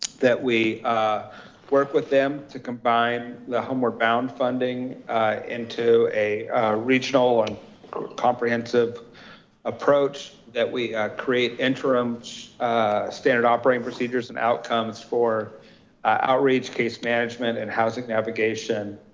that we work with them to combine the homeward bound funding into a regional and comprehensive approach that we create interim standard operating procedures and outcomes for outreach, case management and housing navigation.